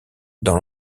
dans